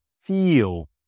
feel